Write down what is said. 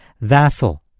Vassal